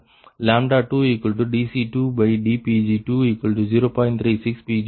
36 Pg232 ஆகும்